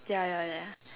ya ya ya